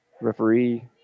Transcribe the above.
referee